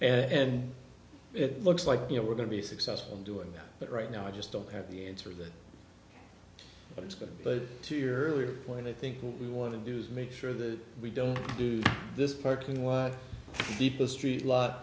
here and it looks like you know we're going to be successful in doing that right now i just don't have the answer to that but it's good but to your earlier point i think what we want to do is make sure that we don't do this parking lot people street l